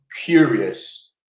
curious